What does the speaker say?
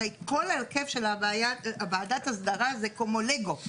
הרי כל ההרכב של וועדת הסדרה של כמו לגו.